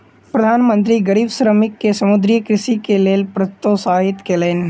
प्रधान मंत्री गरीब श्रमिक के समुद्रीय कृषिक लेल प्रोत्साहित कयलैन